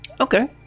Okay